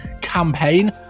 campaign